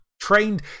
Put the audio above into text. trained